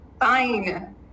Fine